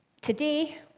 Today